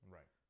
Right